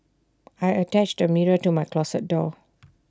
I attached A mirror to my closet door